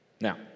Now